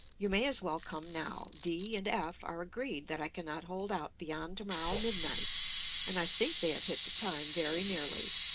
you may as well come now. d and f are agreed that i cannot hold out beyond to-morrow midnight and i think they have hit the time very nearly.